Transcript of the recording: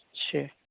اچھا